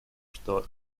что